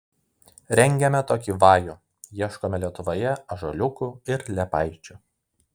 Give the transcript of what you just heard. rengėme tokį vajų ieškome lietuvoje ąžuoliukų ir liepaičių